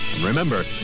Remember